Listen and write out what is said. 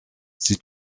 sie